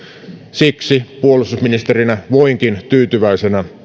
siksi puolustusministerinä voinkin tyytyväisenä esitellä